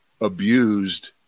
abused